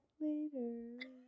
later